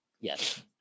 Yes